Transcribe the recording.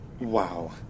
Wow